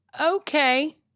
Okay